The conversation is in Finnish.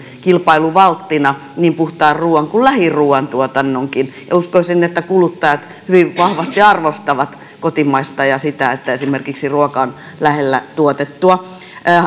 kilpailuvalttina niin puhtaan ruuan kuin lähiruuan tuotannonkin uskoisin että kuluttajat hyvin vahvasti arvostavat kotimaista ja sitä että esimerkiksi ruoka on lähellä tuotettua oikeastaan